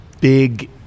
big